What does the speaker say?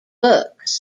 books